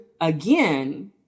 again